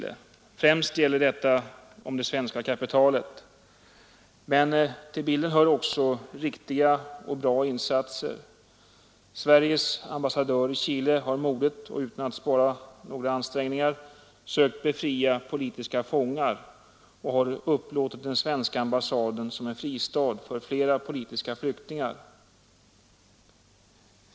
Främst gäller detta om det svenska kapitalet. Men till bilden hör också riktiga och bra insatser. Sveriges ambassadör i Chile har modigt och utan att spara några ansträngningar sökt befria politiska fångar och har upplåtit den svenska ambassaden som en fristad för flera politiska flyktingar.